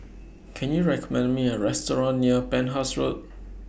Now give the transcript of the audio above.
Can YOU recommend Me A Restaurant near Penhas Road